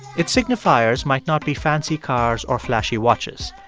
its signifiers might not be fancy cars or flashy watches,